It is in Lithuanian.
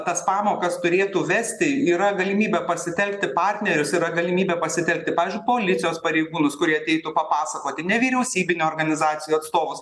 tas pamokas turėtų vesti yra galimybė pasitelkti partnerius yra galimybė pasitelkti pavyzdžiui policijos pareigūnus kurie ateitų papasakoti nevyriausybinių organizacijų atstovus